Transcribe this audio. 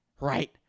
right